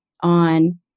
on